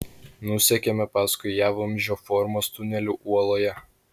nusekėme paskui ją vamzdžio formos tuneliu uoloje